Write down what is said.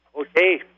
Okay